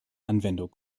anwendung